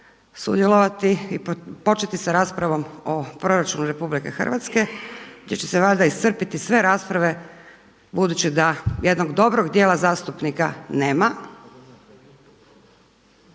sudjelovati i početi sa raspravom o proračunu RH gdje će se valjda iscrpiti sve rasprave budući da jednog dobrog djela zastupnika nema.